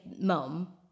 mum